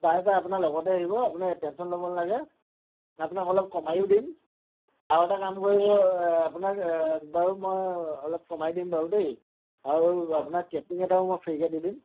প্ৰায় পায় আপোনাৰ লগতে আহিব আপোনাৰ টেনশ্যন ল'ব নালাগে আপোনাক অলপ কমায়ো দিম আৰু এটা কাম কৰিব আপোনাক বাৰু মই অলপ কমাই দিম বাৰু দেই আৰু আপোনাক কেপিং এটাও মই ফ্ৰিকে দি দিম